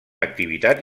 activitat